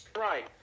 Right